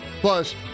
Plus